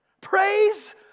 Praise